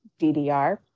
DDR